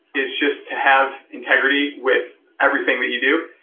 is just to have integrity with everything that you do.